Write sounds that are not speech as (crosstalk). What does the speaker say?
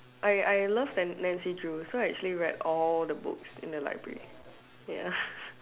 I I love nan~ Nancy Drew so I actually read all the books in the library ya (laughs)